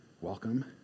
welcome